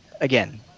again